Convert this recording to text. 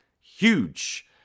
Huge